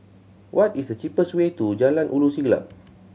what is the cheapest way to Jalan Ulu Siglap